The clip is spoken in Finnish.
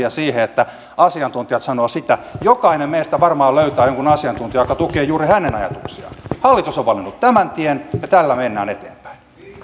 ja siihen että asiantuntijat sanovat sitä jokainen meistä varmaan löytää jonkun asiantuntijan joka tukee juuri hänen ajatuksiaan hallitus on valinnut tämän tien ja tällä mennään eteenpäin